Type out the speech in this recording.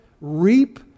reap